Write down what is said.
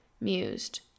mused